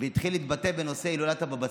שהתחיל להתבטא בנושא הילולת הבבא סאלי,